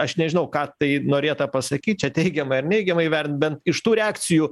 aš nežinau ką tai norėta pasakyt čia teigiamai ar neigiamai vertint bent iš tų reakcijų